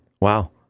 Wow